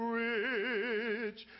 rich